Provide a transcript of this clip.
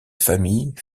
familles